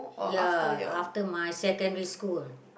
ya after my secondary school